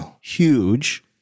huge